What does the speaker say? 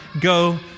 go